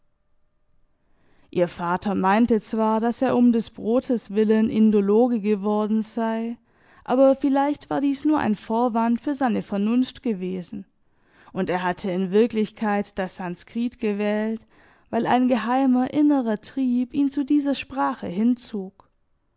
ihr vater meinte zwar daß er um des brotes willen indologe geworden sei aber vielleicht war dies nur ein vorwand für seine vernunft gewesen und er hatte in wirklichkeit das sanskrit gewählt weil ein geheimer innerer trieb ihn zu dieser sprache hinzog